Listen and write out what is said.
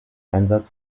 einsatz